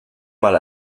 mal